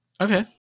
okay